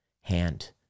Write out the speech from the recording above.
hand